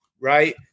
right